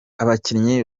abakinnyi